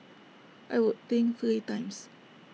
I would think three times